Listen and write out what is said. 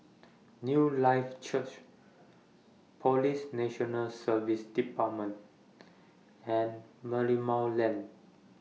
Newlife Church Police National Service department and Merlimau Lane